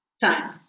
time